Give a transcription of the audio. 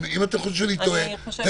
אם אתם חושבים שאני טועה תגידו,